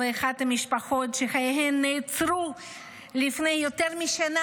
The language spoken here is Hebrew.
המשפחות שחייהן נעצרו לפני יותר משנה,